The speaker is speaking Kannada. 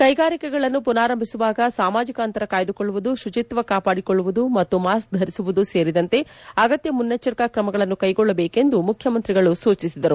ಕೈಗಾರಿಕೆಗಳನ್ನು ಪುನಾರಾಂಭಿಸುವಾಗ ಸಾಮಾಜಿಕ ಅಂತರ ಕಾಯ್ದುಕೊಳ್ಳುವುದು ಶುಚಿತ್ವ ಕಾಪಾಡಿಕೊಳ್ಳುವುದು ಮತ್ತು ಮಾಸ್ಕ್ ಧರಿಸುವುದು ಸೇರಿದಂತೆ ಅಗತ್ಯ ಮುನ್ನೆಚ್ಚರಿಕಾ ಕ್ರಮಗಳನ್ನು ಕೈಗೊಳ್ಳಬೇಕು ಎಂದು ಮುಖ್ಯಮಂತ್ರಿಗಳು ಸೂಚಿಸಿದರು